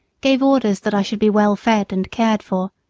gave orders that i should be well fed and cared for,